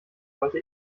sollte